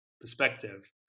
perspective